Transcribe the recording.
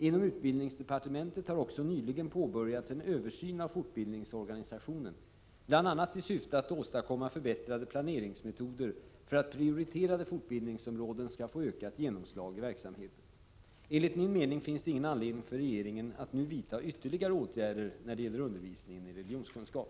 Inom utbildningsdepartementet har också nyligen påbörjats en översyn av fortbildningsorganisationen bl.a. i syfte att åstadkomma förbättrade planeringsmetoder för att prioriterade fortbildningsområden skall få ökat genomslag i verksamheten. Enligt min mening finns det ingen anledning för regeringen att nu vidta ytterligare åtgärder när det gäller undervisningen i religionskunskap.